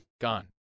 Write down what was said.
Gone